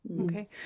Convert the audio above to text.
okay